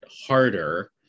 harder